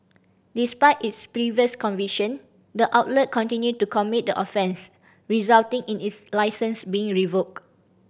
despite its previous conviction the outlet continued to commit the offence resulting in its licence being revoked